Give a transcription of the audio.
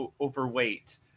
overweight